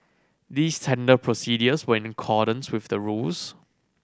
these tender procedures were in accordance with the rules